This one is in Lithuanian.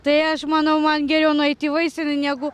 tai aš manau man geriau nueiti į vaistinę negu